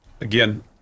again